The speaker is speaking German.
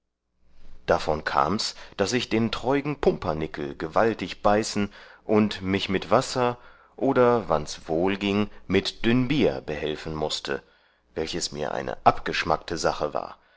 davon kams daß ich den treugen pumpernickel gewaltig beißen und mich mit wasser oder wanns wohl gieng mit dünn bier behelfen mußte welches mir eine abgeschmackte sache war